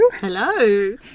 Hello